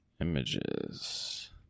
Images